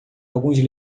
alguns